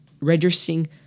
registering